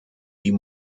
die